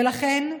ולכן,